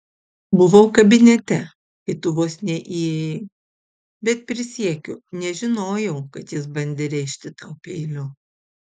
buvau kabinete kai tu vos neįėjai bet prisiekiu nežinojau kad jis bandė rėžti tau peiliu